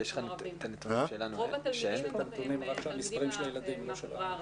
רוב התלמידים הם מהחברה הערבית.